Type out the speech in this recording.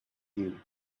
you